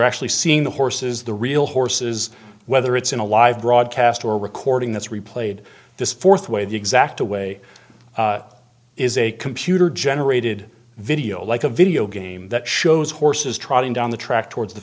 actually seeing the horses the real horses whether it's in a live broadcast or a recording that's replayed this fourth way the exact a way is a computer generated video like a video game that shows horses trotting down the track towards the